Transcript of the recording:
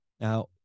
now